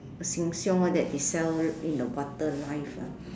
Sheng-Siong all that they sell in the water live ah